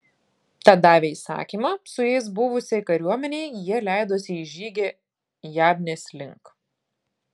tad davę įsakymą su jais buvusiai kariuomenei jie leidosi į žygį jabnės link